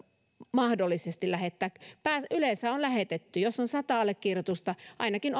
mahdollisesti lähettää yleensä on lähetetty jos on sata allekirjoitusta ainakin